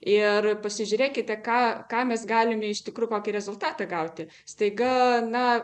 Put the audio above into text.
ir pasižiūrėkite ką ką mes galime iš tikrų kokį rezultatą gauti staiga na